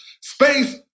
Space